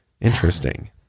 Interesting